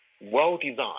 well-designed